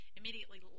immediately